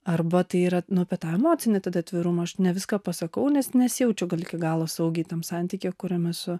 arba tai yra apie tą emocinį tada atvirumą aš ne viską pasakau nes nesijaučiu kad iki galo saugi tam santykyje kuriam esu